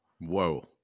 whoa